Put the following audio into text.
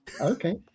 Okay